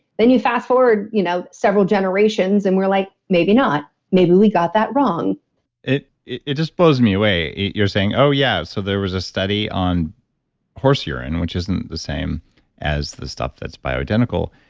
then you fast forward you know several generations and we're like, maybe not. maybe we got that wrong it it just blows me away. you're saying, oh yeah, so there was a study on horse urine, which isn't the same as the stuff that's bioidentical.